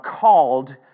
called